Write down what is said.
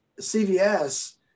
CVS